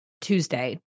Tuesday